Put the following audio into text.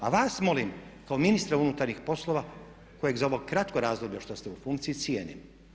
A vas molim kao ministra unutarnjih poslova kojeg za ovog kratkog razdoblja što ste u funkciji cijenim.